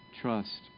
trust